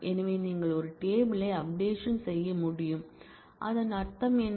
எனவே நீங்கள் ஒரு டேபிள் யை அப்டேஷன் செய்ய முடியும் அதன் அர்த்தம் என்ன